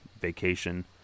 vacation